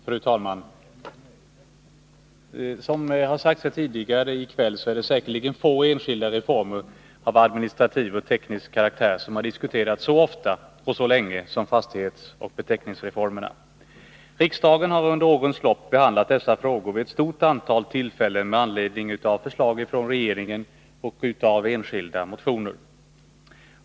Fru talman! Som det har sagts tidigare i kväll är det säkerligen få enskilda reformer av administrativ och teknisk karaktär som har diskuterats så ofta och så länge som fastighetsbeteckningsreformerna. Riksdagen har under årens lopp behandlat dessa frågor vid ett stort antal tillfällen, med anledning av förslag från regeringen och med anledning av enskilda motioner.